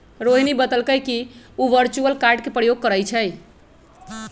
रोहिणी बतलकई कि उ वर्चुअल कार्ड के प्रयोग करई छई